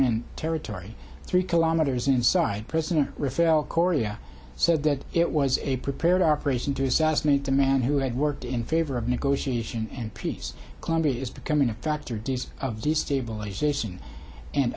an territory three kilometers inside president referral korea said that it was a prepared operation to assassinate the man who had worked in favor of negotiation and peace colombia is becoming a factor does of destabilization and